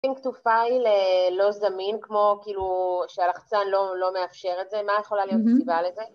אם כתובה היא ללא זמין, כמו כאילו שהלחצן לא מאפשר את זה, מה יכולה להיות הסיבה לזה?